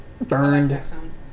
Burned